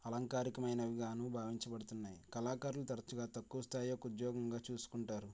అలంకారికమైనవి గాను భావించబడుతున్నాయి కళాకారులు తరచుగా తక్కువ స్థాయి ఉద్యోగంగా చూసుకుంటారు